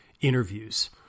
interviews